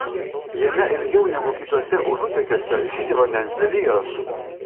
jame ilgiau negu kituose užutėkiuose žydi vandens lelijos